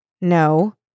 No